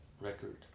record